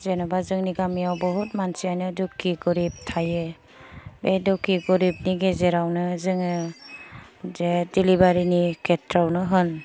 जेन'बा जोंनि गामिआव बहुत मानसिआनो दुखु गरिब थायो बे दुखु गरिबनि गेजेरावनो जोङो जे दिलिभारिनि खेथ्रआवनो होन